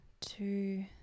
two